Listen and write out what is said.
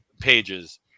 pages